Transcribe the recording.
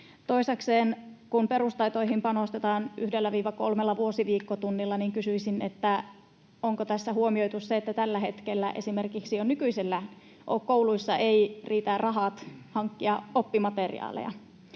Toisekseen, kun perustaitoihin panostetaan 1—3 vuosiviikkotunnilla, niin kysyisin: onko tässä huomioitu se, että jo nykyisellään kouluissa eivät riitä rahat esimerkiksi oppimateriaalien